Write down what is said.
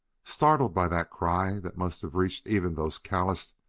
startled by that cry that must have reached even those calloused,